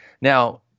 Now